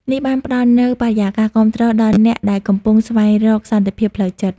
នេះបានផ្តល់នូវបរិយាកាសគាំទ្រដល់អ្នកដែលកំពុងស្វែងរកសន្តិភាពផ្លូវចិត្ត។